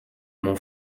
mon